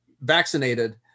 vaccinated